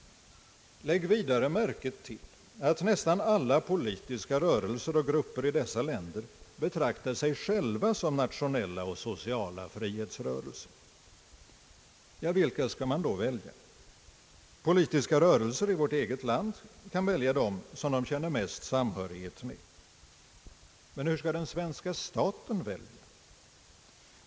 Lägg vidare märke till att nästan alla politiska rörelser och grupper i dessa länder betraktar sig själva som nationella och sociala frihetsrörelser. Vilka skall man då välja? Politiska rörelser i vårt eget land kan välja dem som de känner mest samhörighet med, men hur skall den svenska staten välja?